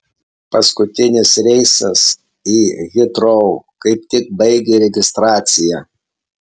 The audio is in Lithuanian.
paskutinis reisas į hitrou kaip tik baigė registraciją